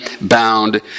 bound